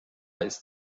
ist